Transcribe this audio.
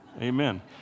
Amen